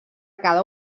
cada